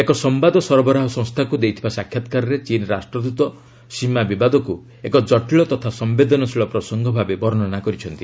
ଏକ ସମ୍ଭାଦସରବରାହ ସଂସ୍ଥାକୁ ଦେଇଥିବା ସାକ୍ଷାତକାରରେ ଚୀନ ରାଷ୍ଟ୍ରଦୃତ ସୀମା ବିବାଦକ୍ ଏକ ଜଟିଳ ତଥା ସମ୍ଭେଦନଶୀଳ ପ୍ରସଙ୍ଗ ଭାବେ ବର୍ଷନା କରିଛନ୍ତି